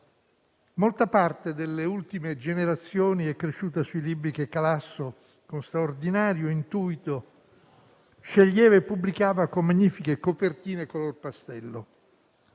Molta parte delle ultime generazioni è cresciuta sui libri che Calasso, con straordinario intuito, sceglieva e pubblicava con magnifiche copertine color pastello.